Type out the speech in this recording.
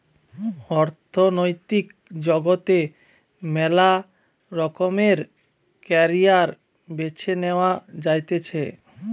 অর্থনৈতিক জগতে মেলা রকমের ক্যারিয়ার বেছে নেওয়া যাতিছে